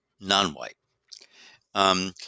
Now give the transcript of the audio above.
non-white